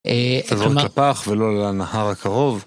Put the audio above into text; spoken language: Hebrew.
‫זאת אומרת... ‫-אז אתה זורק לפח ולא לנהר הקרוב.